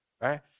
right